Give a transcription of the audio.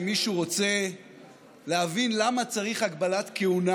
אם מישהו רוצה להבין למה צריך הגבלת כהונה,